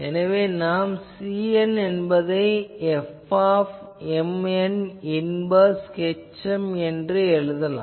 எனவே நான் Cn என்பதை Fmn இன்வேர்ஸ் hm என எழுதலாம்